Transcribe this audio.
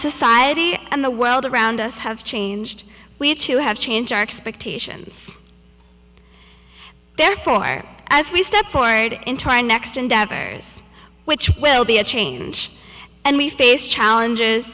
society and the world around us have changed we have to have change our expectations therefore as we step forward into next endeavor which will be a change and we face challenges